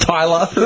Tyler